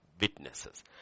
witnesses